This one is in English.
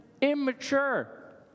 immature